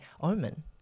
Omen